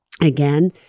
Again